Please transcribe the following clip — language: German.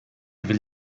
will